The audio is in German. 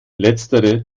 letztere